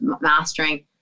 mastering